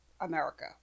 America